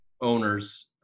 owners